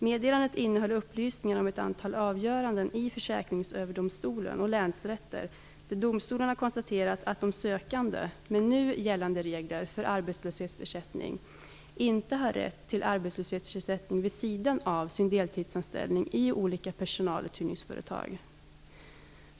Meddelandet innehöll upplysningar om ett antal avgöranden i Försäkringsöverdomstolen och i länsrätter där domstolarna konstaterat att de sökande med nu gällande regler för arbetslöshetsersättning inte hade rätt till arbetslöshetsersättning vid sidan av sina anställningar i olika personaluthyrningsföretag.